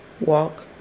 walk